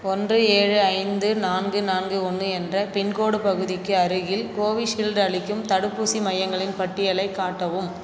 ஓன்று ஏழு ஐந்து நான்கு நான்கு ஓன்று என்ற பின்கோடு பகுதிக்கு அருகில் கோவிஷீல்டு அளிக்கும் தடுப்பூசி மையங்களின் பட்டியலைக் காட்டவும்